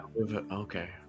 Okay